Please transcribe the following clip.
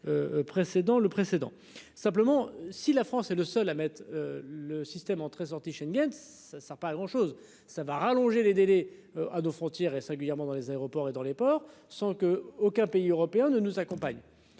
Précédent, le précédent simplement si la France est le seul à mettre le système en sorties Schengen ça a pas grand chose, ça va rallonger les délais à nos frontières et singulièrement dans les aéroports et dans les ports sans que aucun pays européen ne nous accompagne